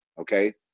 okay